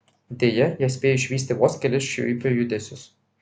deja jie spėjo išvysti vos kelis šiuipio judesius